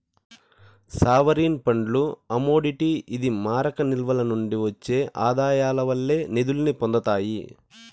sovereign ఫండ్లు commodity ఇది మారక నిల్వల నుండి ఒచ్చే ఆదాయాల వల్లే నిదుల్ని పొందతాయి